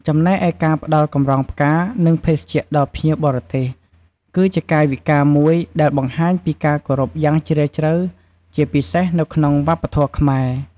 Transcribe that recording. ចំណែកឯការផ្ដល់កម្រងផ្កា និងភេសជ្ជៈដល់ភ្ញៀវបរទេស គឺជាកាយវិការមួយដែលបង្ហាញពីការគោរពយ៉ាងជ្រាលជ្រៅ ជាពិសេសនៅក្នុងវប្បធម៌ខ្មែរ។